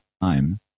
time